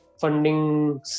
Funding